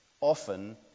often